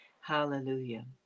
Hallelujah